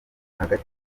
hagati